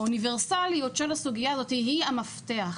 האוניברסליות של הסוגיה הזאת היה המפתח.